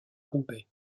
roubaix